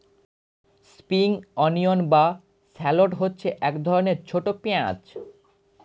spring onion বা shallot হচ্ছে এক ধরনের ছোট পেঁয়াজ